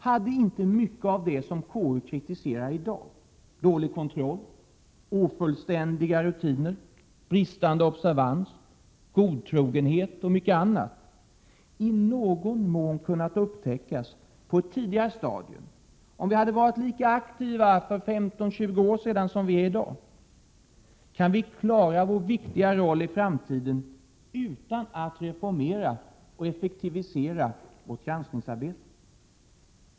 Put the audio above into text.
Hade inte mycket av det som KU kritiserar i dag — dålig kontroll, ofullständiga rutiner, bristande observans, godtrogenhet och mycket annat — i någon mån kunnat upptäckas på ett tidigare stadium om vi hade varit lika aktiva för 15-20 år sedan som vi är i dag? Kan vi klara vår viktiga roll i framtiden utan att reformera och effektivisera vårt granskningsarbete?